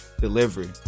delivery